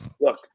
Look